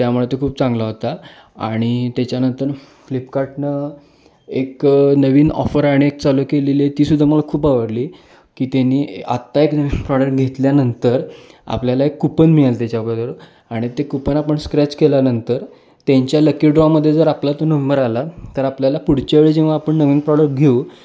त्यामुळे ते खूप चांगला होता आणि त्याच्यानंतर फ्लिपकार्टनं एक नवीन ऑफर आणि आणि एक चालू केलेली आहे तीसुद्धा मला खूप आवडली की त्यानी आता एक नवीन प्रॉडक्ट घेतल्यानंतर आपल्याला एक कुपन मिळेल त्याच्याबरबर आणि ते कुपन आपण स्क्रॅच केल्यानंतर त्यांच्या लकी ड्रॉमध्ये जर आपला तो नंबर आला तर आपल्याला पुढच्या वेळी जेव्हा आपण नवीन प्रॉडक्ट घेऊ